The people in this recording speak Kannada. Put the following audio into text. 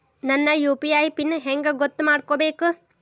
ನನ್ನ ಯು.ಪಿ.ಐ ಪಿನ್ ಹೆಂಗ್ ಗೊತ್ತ ಮಾಡ್ಕೋಬೇಕು?